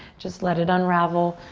just let it unravel.